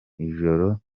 ijoro